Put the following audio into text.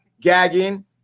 gagging